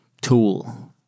tool